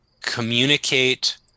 communicate